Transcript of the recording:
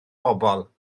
bobol